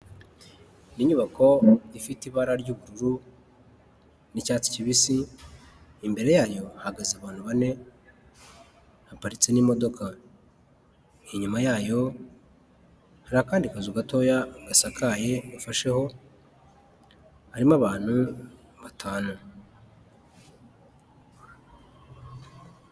Ni inyubako ifite ibara ry'ubururu n'icyatsi kibisi, imbere yayo hahagaze abantu bane haparitse n'imodoka, inyuma yayo hari akandi kazu gatoya gasakaye ifasheho harimo abantu batanu.